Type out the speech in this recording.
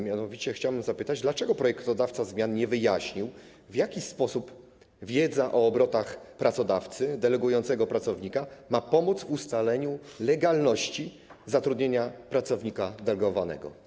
Mianowicie chciałbym zapytać: Dlaczego projektodawca zmian nie wyjaśnił, w jaki sposób wiedza o obrotach pracodawcy delegującego pracownika ma pomóc w ustaleniu legalności zatrudnienia pracownika delegowanego?